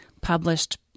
published